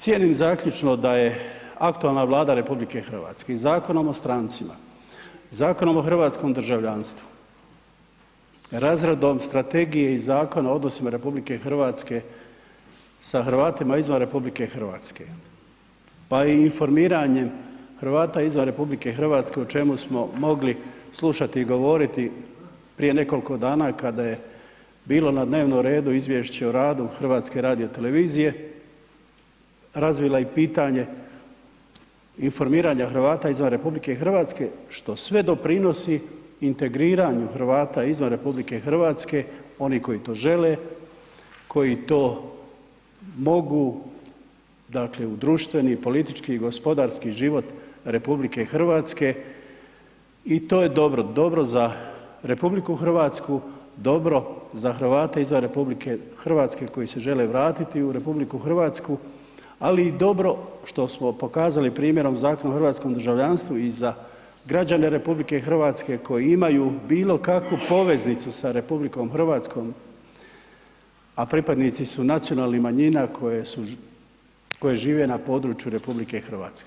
Cijenim zaključno da je aktualna Vlada RH Zakonom o strancima, Zakonom o hrvatskom državljanstvu, razradom strategije i Zakona o odnosima RH sa Hrvatima izvan RH, pa i informiranjem Hrvata izvan RH o čemu smo mogli slušati i govoriti prije nekoliko dana kada je bilo na dnevnom redu Izvješće o radu HRT-a, razvila i pitanje informiranja Hrvata izvan RH, što sve doprinosi integriranju Hrvata izvan RH oni koji to žele, koji to mogu, dakle u društveni, politički i gospodarski život RH i to je dobro, dobro za RH, dobro za Hrvate izvan RH koji se žele vratiti u RH, ali i dobro što smo pokazali primjerom Zakon o hrvatskom državljanstvu i za građane RH koji imaju bilo kakvu poveznicu sa RH, a pripadnici su nacionalnih manjina koje su, koje žive na području RH.